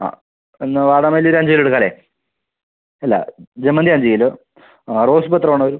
ആ എന്നാൽ വാടാമല്ലി ഒര് അഞ്ച് കിലോ എടുക്കാമല്ലെ അല്ല ജമന്തി അഞ്ച് കിലോ ആ റോസാപ്പൂ എത്ര വേണം ഒരു